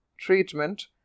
treatment